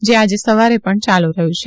જે આજે સવારે પણ ચાલુ રહ્યું છે